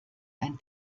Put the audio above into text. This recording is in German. ein